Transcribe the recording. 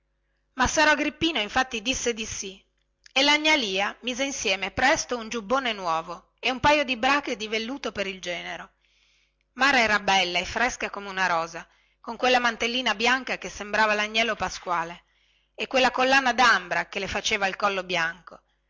massaro agrippino infatti disse di sì e la gnà lia mise insieme presto un giubbone nuovo e un paio di brache di velluto per il genero mara era bella e fresca come una rosa con quella mantellina bianca che sembrava lagnello pasquale e quella collana dambra che le faceva il collo bianco